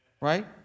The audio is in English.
right